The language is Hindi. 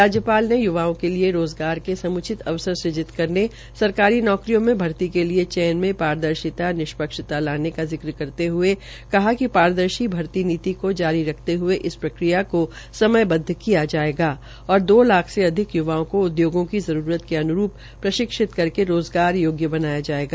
राज्यपाल ने य्वाओं के लिए रोज़गार के समुचित अवसर सुजित करने सरकारी नौकरियों में भर्ती चयन में पारदर्शिता निष्पक्षता लाने का जिक्र करते हये कहा कि पारदर्शी भर्ती नीति को जारी रखतेहये इस प्रक्रिया को समयबदव किया जायेगा और दो लाख से अधिक य्वाओं का उदयोगों की जरूरत के अन्रूप प्रशिक्षित करके रोज़गार योग्य बनाया जायेगा